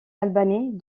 albanais